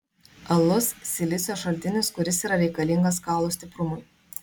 alus silicio šaltinis kuris yra reikalingas kaulų stiprumui